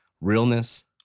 realness